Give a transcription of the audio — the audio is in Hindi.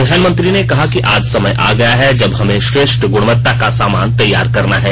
प्रधानमंत्री ने कहा कि आज समय आ गया है जब हमें श्रेष्ठ गुणवत्ता का सामान तैयार करना है